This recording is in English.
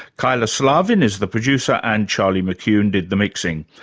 kyla slaven is the producer, and charlie mccune did the mixing.